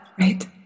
Right